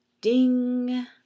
Ding